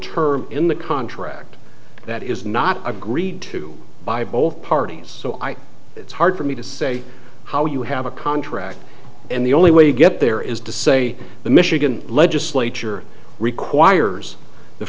terms in the contract that is not agreed to by both parties so i it's hard for me to say how you have a contract and the only way you get there is to say the michigan legislature requires the